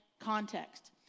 context